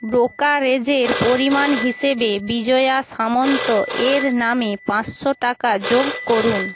ব্রোকারেজের পরিমাণ হিসেবে বিজয়া সামন্ত এর নামে পাঁচশো টাকা যোগ করুন